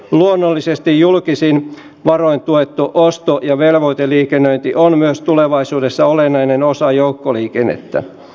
luonnollisesti julkisin varoin tuettu osto ja velvoiteliikennöinti on myös tulevaisuudessa olennainen osa joukkoliikennettä